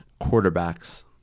quarterbacks